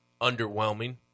underwhelming